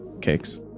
Cakes